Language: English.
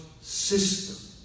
system